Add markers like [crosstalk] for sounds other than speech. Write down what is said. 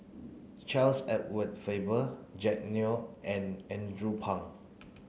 Charles Edward Faber Jack Neo and Andrew [noise] Phang